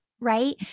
right